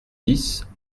dix